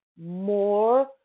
more